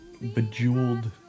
bejeweled